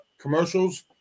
commercials